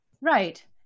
Right